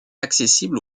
accessible